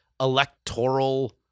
electoral